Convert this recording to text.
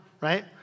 right